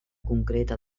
concreta